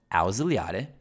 ausiliare